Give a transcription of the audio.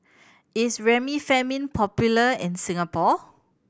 is Remifemin popular in Singapore